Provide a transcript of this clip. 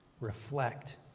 reflect